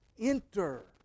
Enter